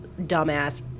dumbass